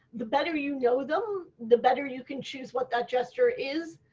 the better you know them the better you can choose what that gesture is.